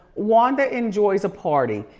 wanda enjoys a party.